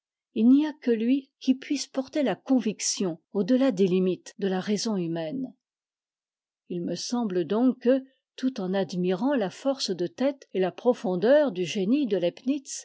il n'y a que lui qui puisse porter ta conviction au delà des limites de la raison humaine i me semble donc que tout en admirant a force de tête et la profondeur du génie de